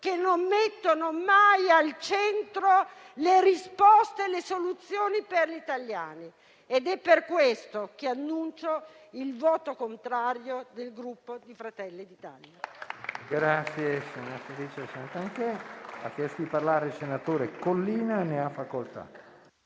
che non mettono mai al centro le risposte e le soluzioni per gli italiani. È per questo che annuncio il voto contrario del Gruppo Fratelli d'Italia.